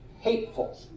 hateful